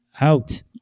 out